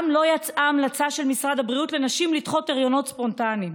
גם לא יצאה המלצה של משרד הבריאות לנשים לדחות הריונות ספונטניים.